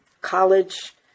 college